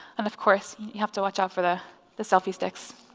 and of course you have to watch out for the the selfie sticks.